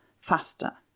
faster